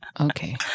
Okay